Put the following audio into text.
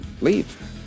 Leave